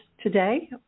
today